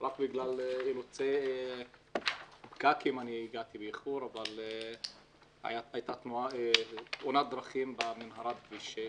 רק באילוצי פקקים איחרתי - היתה תאונת דרכים במנהרה בכביש 6,